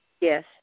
Yes